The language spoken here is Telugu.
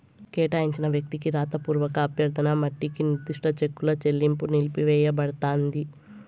కేటాయించిన వ్యక్తికి రాతపూర్వక అభ్యర్థన మట్టికి నిర్దిష్ట చెక్కుల చెల్లింపు నిలిపివేయబడతాంది